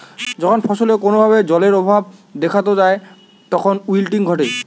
যখন ফসলে কোনো ভাবে জলের অভাব দেখাত যায় তখন উইল্টিং ঘটে